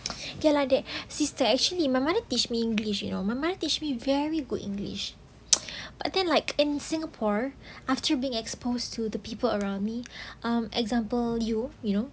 K lah that sister actually my mother teach me english you know my mother teach me very good english but then like in singapore after being exposed to the people around me um example you you know